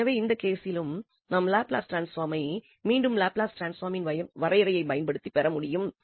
எனவே இந்த கேசிலும் நாம் லாப்லஸ் டிரான்ஸ்பாமை மீண்டும் லாப்லஸ் டிரான்ஸ்பாமின் வரையறையைப் பயன்படுத்தி பெறமுடியும்